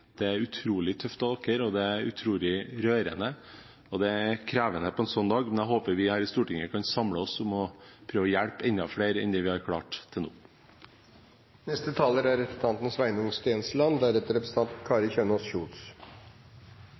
det er utrolig tøft av dere, og det er utrolig rørende. Det er krevende på en sånn dag, men jeg håper vi her i Stortinget kan samle oss om å prøve å hjelpe enda flere enn vi har klart til